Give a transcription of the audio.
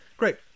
great